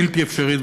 בלתי אפשרית,